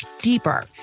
deeper